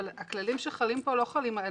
אבל הכללים שחלים פה לא חלים עלינו.